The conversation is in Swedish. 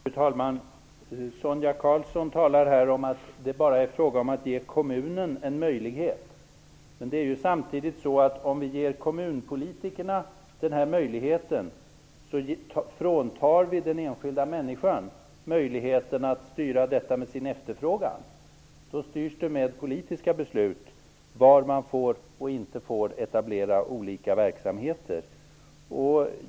Fru talman! Sonia Karlsson talar om att det bara är fråga om att ge kommunen en möjlighet. Men samtidigt är det så att om vi ger kommunpolitikerna den här möjligheten, fråntar vi den enskilda människan möjligheten att styra detta med sin efterfrågan. Då styrs det i stället med politiska beslut var man får och inte får etablera olika verksamheter.